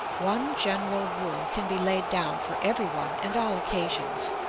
one general rule can be laid down for everyone and all occasions